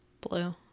Blue